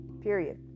period